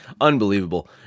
Unbelievable